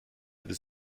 hätte